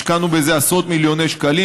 השקענו בזה עשרות מיליוני שקלים,